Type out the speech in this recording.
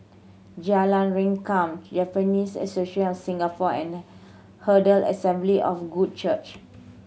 Jalan Rengkam Japanese Association of Singapore and Herald Assembly of Good Church